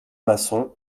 masson